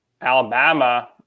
Alabama